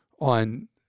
on